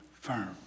firm